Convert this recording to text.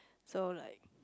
so like